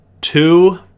two